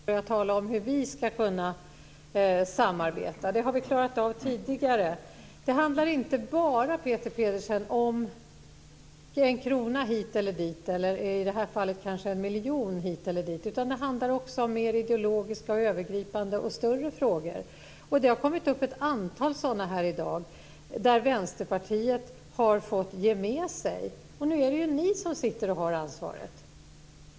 Herr talman! Det är en enkel debatteknik att bolla över frågan till oppositionen och börja tala om hur vi ska kunna samarbeta. Det har vi klarat av tidigare. Det handlar inte bara, Peter Pedersen, om en krona hit eller dit eller, som i detta fall, kanske en miljon hit eller dit, utan det handlar också om mer ideologiska, övergripande och större frågor. Och det har kommit upp ett antal sådana i dag där Vänsterpartiet har fått ge med sig. Och nu är det ju ni som sitter och har ansvaret.